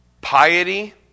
piety